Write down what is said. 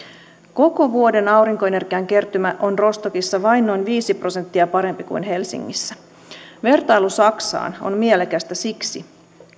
koko vuoden aurinkoenergian kertymä on rostockissa vain noin viisi prosenttia parempi kuin helsingissä vertailu saksaan on mielekästä siksi